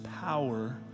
power